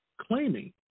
claiming